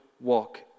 walk